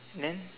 then